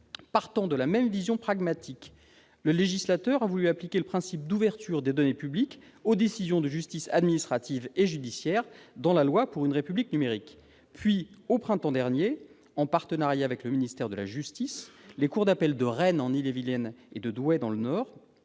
Partant de la même vision pragmatique, le législateur a voulu appliquer le principe d'ouverture des données publiques aux décisions de justice administrative et judiciaire dans la loi pour une République numérique. Puis, au printemps dernier, en partenariat avec le ministère de la justice, les cours d'appel de Rennes, en Ille-et-Vilaine, et de Douai, dans le Nord,